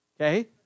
okay